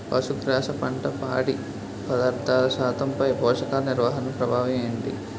పశుగ్రాస పంట పొడి పదార్థాల శాతంపై పోషకాలు నిర్వహణ ప్రభావం ఏమిటి?